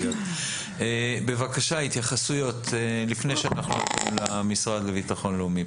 בבקשה התייחסויות לפני שאנחנו פונים למשרד לביטחון לאומי,